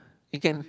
you can